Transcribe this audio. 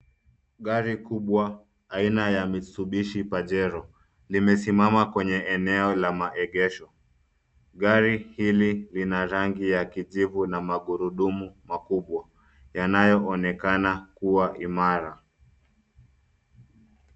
Gari kubwa aina ya Mistubishi Pajero limesimama kwenye eneo la maegesho. Gari hili lina rangi ya kijivu na magurudumu makubwa yanayoonekana kuwa imara.